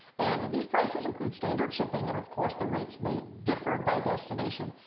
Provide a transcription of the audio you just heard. and these prices include standard shipping and of course the rates may differ by destination.